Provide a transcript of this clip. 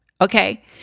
Okay